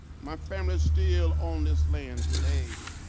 my family still owns this land today.